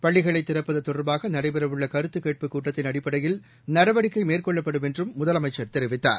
பள்ளிளைத் திறப்பதுதொடர்பாகநடைபெறஉள்ளகருத்துக் கேட்பு கூட்டத்தின் அடிப்படையில் நடவடிக்கைமேற்கொள்ளப்படும் என்றும் முதலமைச்சர் தெரிவித்தார்